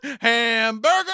hamburger